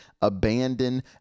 abandon